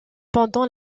pendant